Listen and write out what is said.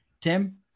tim